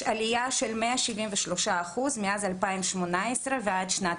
יש עלייה של 173 אחוז מאז 2018 ועד שנת